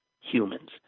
humans